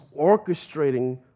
orchestrating